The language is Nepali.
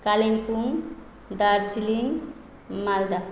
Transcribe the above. कालिम्पोङ दार्जिलिङ मालदा